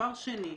דבר שני,